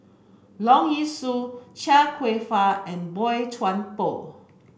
Leong Yee Soo Chia Kwek Fah and Boey Chuan Poh